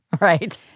Right